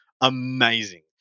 amazing